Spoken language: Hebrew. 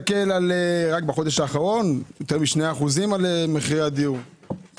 בחודש האחרון מחירי הדיור עלו ביותר מ-2%.